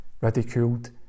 ridiculed